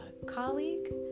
Colleague